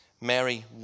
Mary